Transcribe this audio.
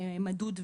מדוד ואפקטיבי.